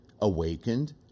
awakened